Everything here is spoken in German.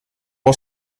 aus